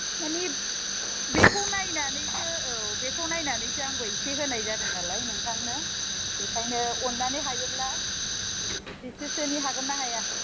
माने बेखौ नायनानैसो औ बेखौ नायनानैसो आंबो इसे होनाय जादों नालाय नोंथांनो बेखायनो अन्नानै हायोब्ला बिसेसोनि हागोन ना हाया